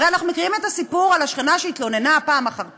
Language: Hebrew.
הרי אנחנו מכירים את הסיפור על השכנה שהתלוננה פעם אחר פעם,